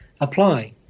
apply